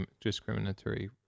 discriminatory